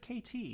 KT